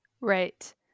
Right